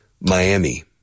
Miami